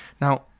now